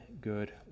good